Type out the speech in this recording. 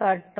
ഉണ്ട്